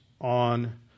on